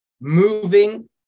moving